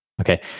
Okay